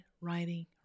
writing